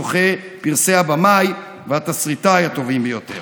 זוכה פרסי הבמאי והתסריטאי הטובים ביותר.